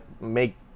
make